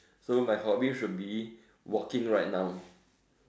so my hobby should be walking like now